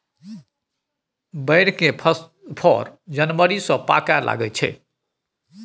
बैर केर फर जनबरी सँ पाकय लगै छै